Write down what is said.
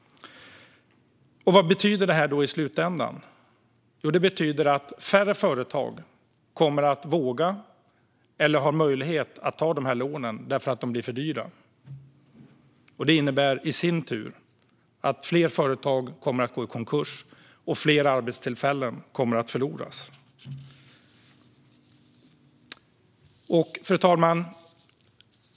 Vad betyder då det här i slutändan? Jo, det betyder att färre företag kommer att våga eller ha möjlighet att ta de här lånen därför att de blir för dyra. Det innebär i sin tur att fler företag kommer att gå i konkurs och att fler arbetstillfällen kommer att förloras. Fru talman!